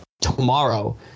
tomorrow